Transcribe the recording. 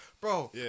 bro